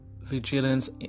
vigilance